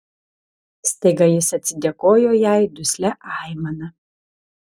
staiga jis atsidėkojo jai duslia aimana